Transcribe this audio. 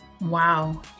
Wow